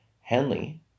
Henley